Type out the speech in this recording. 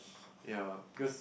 ya because